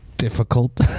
difficult